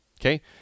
Okay